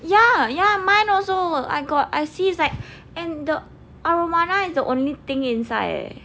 ya ya mine also I got I see is like and the arowana is the only thing inside